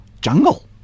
jungle